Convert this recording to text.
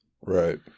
Right